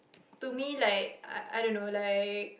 to me like I I don't know like